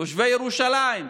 תושבי ירושלים,